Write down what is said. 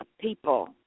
people